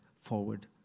forward